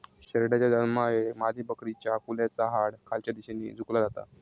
शेरडाच्या जन्मायेळेक मादीबकरीच्या कुल्याचा हाड खालच्या दिशेन झुकला जाता